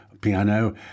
piano